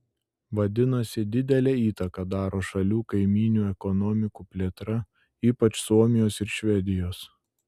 vadinasi didelę įtaką daro šalių kaimynių ekonomikų plėtra ypač suomijos ir švedijos